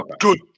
good